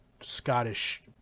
Scottish